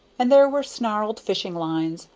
and there were snarled fishing-lines,